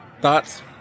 thoughts